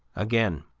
again,